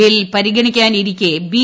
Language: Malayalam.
ബിൽ പരിഗണിക്കാനിരിക്കെ ബി